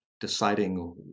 deciding